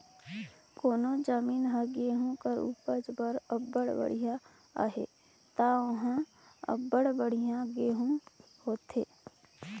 कोनो जमीन हर गहूँ कर उपज बर अब्बड़ बड़िहा अहे ता उहां अब्बड़ बढ़ियां गहूँ होथे